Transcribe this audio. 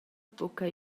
buca